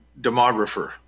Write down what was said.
demographer